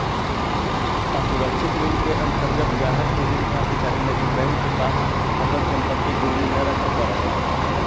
असुरक्षित ऋण के अंतर्गत ग्राहक के ऋण प्राप्त करे लगी बैंक के पास अपन संपत्ति गिरवी न रखे पड़ऽ हइ